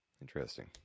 Interesting